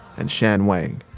and shan wang